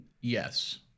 Yes